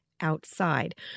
outside